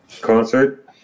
concert